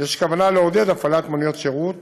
יש כוונה לעודד הפעלת מוניות שירות